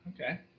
Okay